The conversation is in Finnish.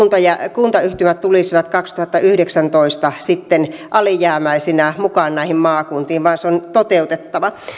kuntayhtymät tulisivat kaksituhattayhdeksäntoista sitten alijäämäisinä mukaan näihin maakuntiin vaan se on toteutettava